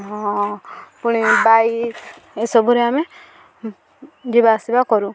ହଁ ପୁଣି ବାଇକ୍ ଏସବୁରେ ଆମେ ଯିବା ଆସିବା କରୁ